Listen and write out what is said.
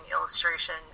illustration